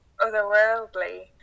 otherworldly